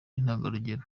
intangarugero